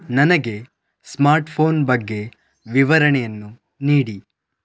ನನಗೆ ಸ್ಮಾರ್ಟ್ಪೋನ್ ಬಗ್ಗೆ ವಿವರಣೆಯನ್ನು ನೀಡಿ